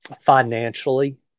financially